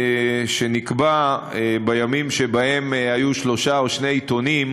שנקבע בימים שבהם היו שלושה או שני עיתונים,